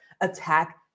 attack